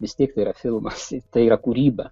vis tiek tai yra filmas tai yra kūryba